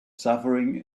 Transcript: suffering